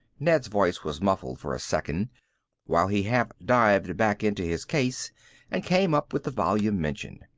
ned's voice was muffled for a second while he half-dived back into his case and came up with the volume mentioned.